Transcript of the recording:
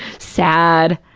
sad,